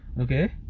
Okay